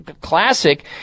classic